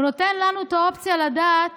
הוא נותן לנו את האופציה לדעת